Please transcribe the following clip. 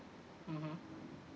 mmhmm